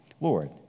Lord